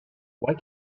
why